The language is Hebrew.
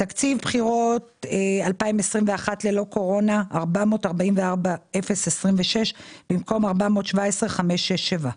תקציב בחירות 2021 ללא קורונה 444,026 במקום 417,567,